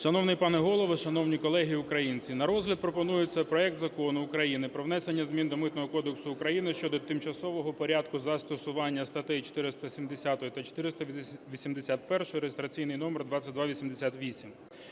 Шановний пане Голово, шановні колеги, українці! На розгляд пропонується проект Закону України про внесення змін до Митного кодексу України щодо тимчасового порядку застосування статей 470 та 481 (реєстраційний номер 2288).